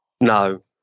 No